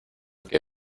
que